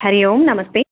हरिः ओं नमस्ते